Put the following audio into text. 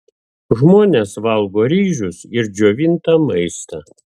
žmonės valgo ryžius ir džiovintą maistą